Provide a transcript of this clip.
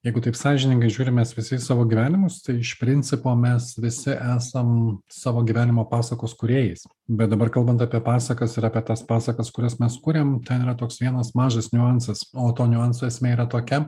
jeigu taip sąžiningai žiūrim mes visi į savo gyvenimus tai iš principo mes visi esam savo gyvenimo pasakos kūrėjais bet dabar kalbant apie pasakas ir apie tas pasakas kurias mes kuriam ten yra toks vienas mažas niuansas o to niuanso esmė yra tokia